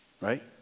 right